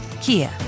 Kia